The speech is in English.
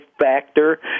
factor